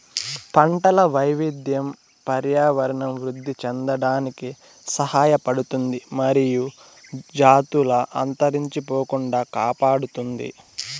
పంటల వైవిధ్యం పర్యావరణం వృద్ధి చెందడానికి సహాయపడుతుంది మరియు జాతులు అంతరించిపోకుండా కాపాడుతుంది